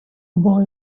boy